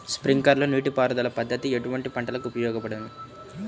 Sprinkler నీటిపారుదల పద్దతి ఎటువంటి పంటలకు ఉపయోగపడును?